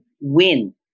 win